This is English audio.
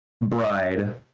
bride